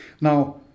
Now